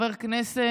כנסת.